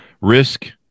risk